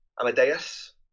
amadeus